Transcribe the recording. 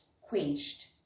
quenched